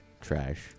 trash